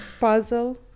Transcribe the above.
puzzle